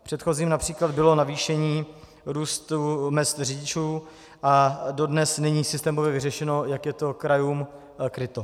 V předchozím například bylo navýšení růstu mezd řidičů a dodnes není systémově vyřešeno, jak je to krajům kryto.